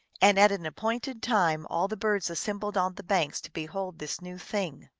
and at an appointed time all the birds assembled on the banks to behold this new thing.